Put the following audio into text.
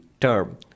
term